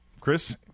Chris